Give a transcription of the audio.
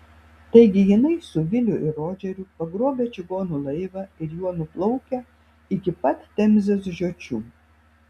taigi jinai su viliu ir rodžeriu pagrobę čigonų laivą ir juo nuplaukę iki pat temzės žiočių